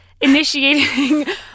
initiating